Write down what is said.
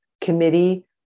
committee